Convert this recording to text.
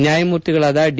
ನ್ಗಾಯಮೂರ್ತಿಗಳಾದ D